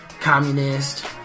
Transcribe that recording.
communist